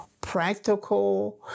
practical